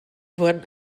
wurden